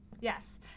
Yes